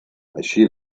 així